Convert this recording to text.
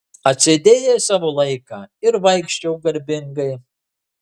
atsėdėjai savo laiką ir vaikščiok garbingai